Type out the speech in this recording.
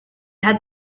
had